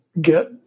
get